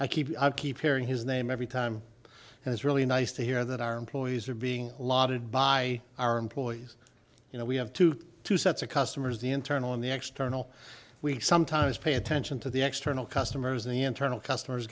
i keep i keep hearing his name every time and it's really nice to hear that our employees are being lauded by our employees you know we have to do two sets of customers the internal and the external we sometimes pay attention to the external customers and the internal customers